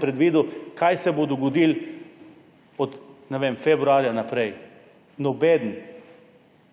predvidel, kaj se bo dogodilo od, ne vem, februarja naprej. Nobeden.